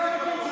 מי אתה בכלל?